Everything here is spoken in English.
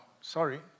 sorry